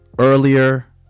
earlier